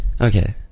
Okay